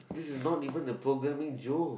this is not even the programming joke